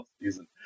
season